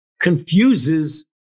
confuses